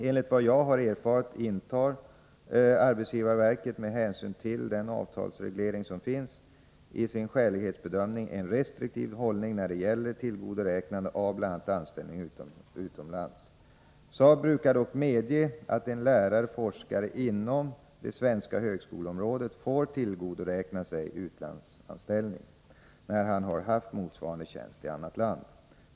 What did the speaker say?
Enligt vad jag erfarit intar SAV — med hänsyn till den avtalsreglering som finns — i sin skälighetsbedömning en restriktiv hållning när det gäller tillgodoräknande av bl.a. anställning utomlands. SAV brukar dock medge att en lärare/forskare inom det svenska högskoleområdet får tillgodoräkna sig utlandsanställning när han har haft motsvarande tjänst i annat land.